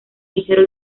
ligero